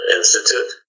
institute